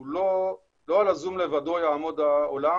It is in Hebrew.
אבל לא על הזום לבדו יעמוד העולם